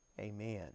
amen